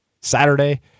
Saturday